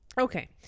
Okay